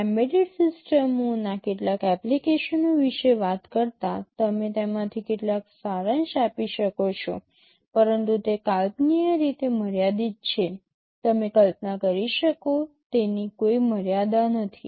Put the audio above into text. embedded સિસ્ટમોના કેટલાક એપ્લિકેશનો વિશે વાત કરતાં તમે તેમાંથી કેટલાક સારાંશ આપી શકો છો પરંતુ તે કાલ્પનીય રીતે મર્યાદિત છે તમે કલ્પના કરી શકો તેની કોઈ મર્યાદા નથી